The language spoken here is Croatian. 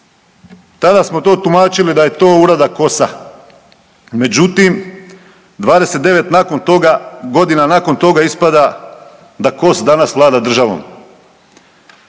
Tada smo to tumačili da je to uradak KOS-a. Međutim, 29 nakon toga, godina nakon toga ispada da KOS danas vlada državom.